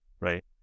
right